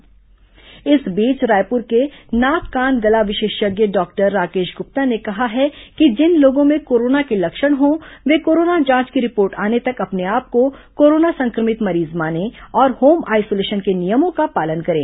corona doctor appeal इस बीच रायपुर के नाक कान गला विशेषज्ञ डॉक्टर राकेश गुप्ता ने कहा है कि जिन लोगों में कोरोना के लक्षण हो ये कोरोना जांच की रिपोर्ट आने तक अपने आपको कोरोना संक्रमित मरीज माने और होम आइसोलेशन के नियमों का पालन करें